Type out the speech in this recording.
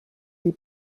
die